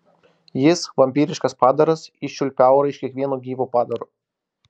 jis vampyriškas padaras iščiulpia aurą iš kiekvieno gyvo padaro